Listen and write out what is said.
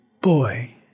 boy